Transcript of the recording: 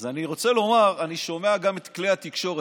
אז אני רוצה לומר: אני שומע גם את כלי התקשורת,